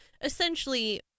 essentially